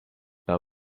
pas